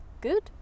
good